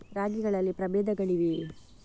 ರಾಗಿಗಳಲ್ಲಿ ಪ್ರಬೇಧಗಳಿವೆಯೇ?